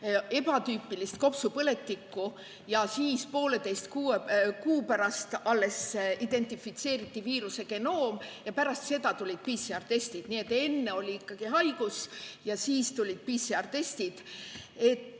ebatüüpilist kopsupõletikku, pooleteise kuu pärast alles identifitseeriti viiruse genoom ja pärast seda tulid PCR-testid. Nii et enne oli ikkagi haigus ja siis tulid PCR-testid.